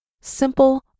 Simple